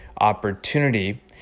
opportunity